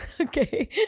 Okay